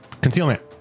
concealment